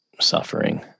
suffering